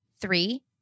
Three